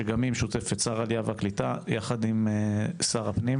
שגם היא משותפת לשר העלייה והקליטה יחד עם שר הפנים,